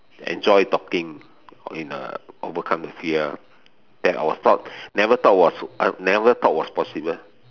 enjoy talking in uh overcome the fear then I was thought never thought was never thought was possible